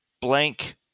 blank